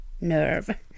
nerve